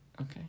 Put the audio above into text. Okay